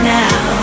now